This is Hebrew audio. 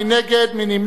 מי נגד?